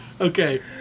Okay